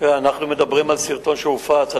אנחנו מדברים על סרטון שהופץ,